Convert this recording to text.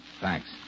Thanks